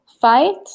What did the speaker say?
fight